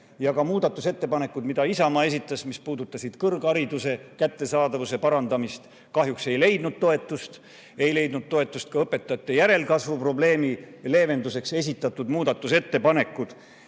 Ka muudatusettepanekud, mida Isamaa esitas, mis puudutasid kõrghariduse kättesaadavuse parandamist, kahjuks ei leidnud toetust. Ei leidnud toetust ka õpetajate järelkasvu probleemi leevenduseks esitatud muudatusettepanekud,